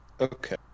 Okay